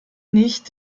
nicht